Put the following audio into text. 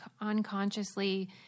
unconsciously